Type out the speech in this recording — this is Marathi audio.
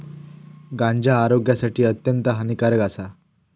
गांजा आरोग्यासाठी अत्यंत हानिकारक आसा